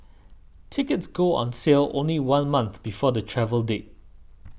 tickets go on sale only one month before the travel date